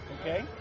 Okay